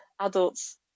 adults